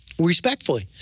respectfully